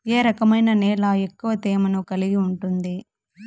ఏ రకమైన నేల ఎక్కువ తేమను కలిగి ఉంటుంది?